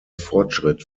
fortschritt